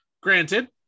granted